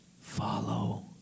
Follow